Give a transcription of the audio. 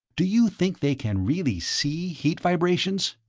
do you think they can really see heat vibrations?